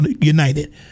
united